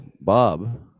Bob